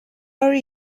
our